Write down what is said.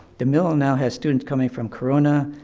demille now has students coming from corona,